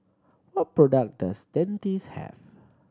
what product does Dentiste have